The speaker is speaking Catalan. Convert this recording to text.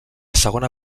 segona